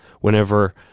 whenever